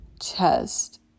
chest